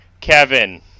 Kevin